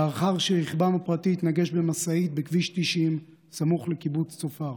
לאחר שרכבם הפרטי התנגש במשאית בכביש 90 סמוך לקיבוץ צופר.